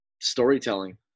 storytelling